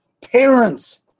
parents